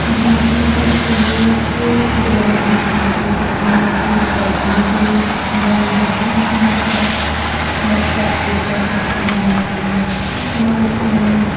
जियां के साढ़े स्कूल च जिसलै में अडमीशन लैती ही जिसलै में नर्सरी बिच पढ़दी ही ते ओल्लै डाकूमैंट नेहे उसलै बर्थ सर्टिफिकेट दिखाना पौंदा हा